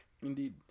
Indeed